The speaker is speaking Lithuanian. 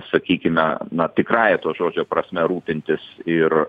sakykime na tikrąja to žodžio prasme rūpintis ir